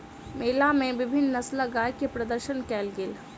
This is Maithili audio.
मेला मे विभिन्न नस्लक गाय के प्रदर्शन कयल गेल